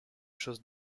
chose